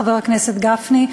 חבר הכנסת גפני,